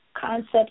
concepts